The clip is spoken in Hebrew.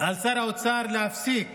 על שר האוצר להפסיק